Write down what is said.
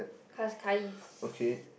Cascais